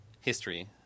History